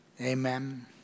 Amen